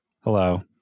Hello